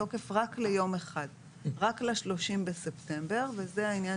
בתקופה שמיום י"ד בתשרי התשפ"ב (20 בספטמבר 2021) עד יום